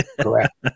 Correct